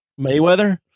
Mayweather